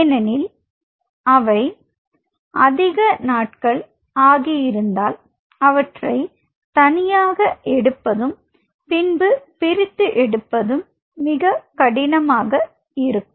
ஏனெனில் அவை அதிக நாட்கள் ஆகி இருந்தால் அவற்றை தனியாக எடுப்பதும் பின்பு பிரித்து எடுப்பது மிக கடினமாக இருக்கும்